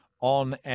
On